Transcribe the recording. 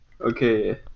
Okay